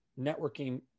networking